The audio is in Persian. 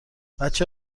بچه